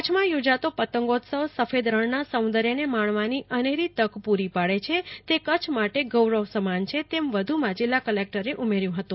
કચ્છમાં યોજાતો પતંગોત્સવ સફેદરણના સૌંદર્યને માણવાની અનેરી તક પૂરી પાડે છે તે કચ્છ માટે ગૌરવ સમાન છે તેમ વધુમાં જિલ્લા કલેકટર રેમ્યા મોફને જણાવ્યું હતું